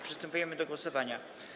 Przystępujemy do głosowania.